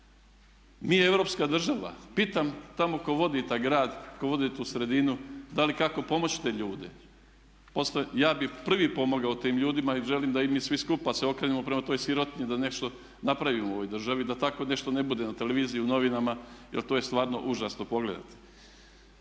Mi smo europska država, pitam tamo tko vodi taj grad, tko vodi tu sredinu da li kako pomoći te ljude? Ja bih prvi pomogao tim ljudima i želim da i mi svi skupa se okrenemo prema toj sirotinji i da nešto napravimo u ovoj državi da tako nešto ne bude na televiziji, u novinama jer to je stvarno užasno pogledati.